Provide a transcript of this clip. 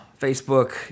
Facebook